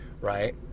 right